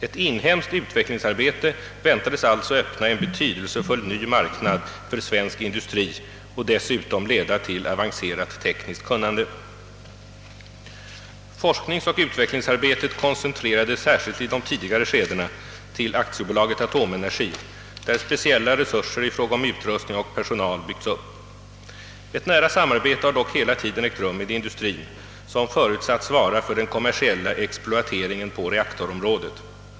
Ett inhemskt utvecklingsarbete väntades alltså öppna en betydelsefull ny marknad för svensk industri och dessutom leda till avancerat tekniskt kunnande. Forskningsoch utvecklingsarbetet koncentrerades särskilt i de tidigare skedena till Aktiebolaget Atomenergi, där speciella resurser i fråga om utrustning och personal byggts upp. Ett nära samarbete har dock hela tiden ägt rum med industrin, som förutsatts svara för den kommersiella exploateringen på reaktorområdet.